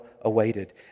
awaited